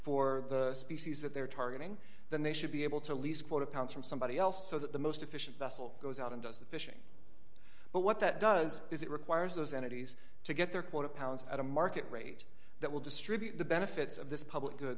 for the species that they're targeting then they should be able to lease quota pounce from somebody else so that the most efficient vessel goes out and does the fishing but what that does is it requires those entities to get their quota pounds at a market rate that will distribute the benefits of this public good